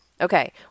Okay